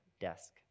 desk